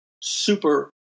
super